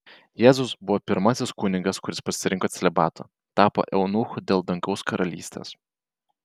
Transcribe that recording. jėzus buvo pirmasis kunigas kuris pasirinko celibatą tapo eunuchu dėl dangaus karalystės